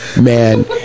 man